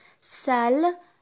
salle